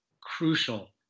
crucial